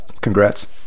congrats